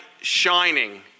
shining